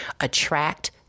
attract